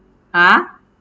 !huh!